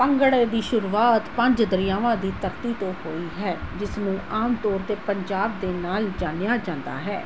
ਭੰਗੜੇ ਦੀ ਸ਼ੁਰੂਆਤ ਪੰਜ ਦਰਿਆਵਾਂ ਦੀ ਧਰਤੀ ਤੋਂ ਹੋਈ ਹੈ ਜਿਸ ਨੂੰ ਆਮ ਤੌਰ 'ਤੇ ਪੰਜਾਬ ਦੇ ਨਾਲ ਜਾਣਿਆ ਜਾਂਦਾ ਹੈ